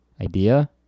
idea